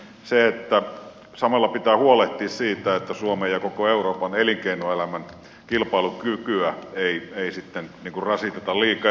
sen että samalla pitää huolehtia siitä että suomen ja koko euroopan elinkeinoelämän kilpailukykyä ei sitten rasiteta liikaa